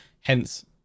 Hence